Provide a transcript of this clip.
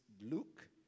Luke